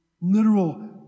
literal